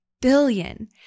billion